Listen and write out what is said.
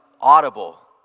Audible